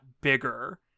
bigger